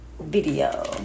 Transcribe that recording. video